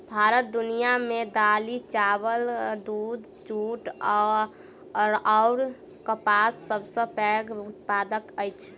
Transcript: भारत दुनिया मे दालि, चाबल, दूध, जूट अऔर कपासक सबसे पैघ उत्पादक अछि